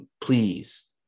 please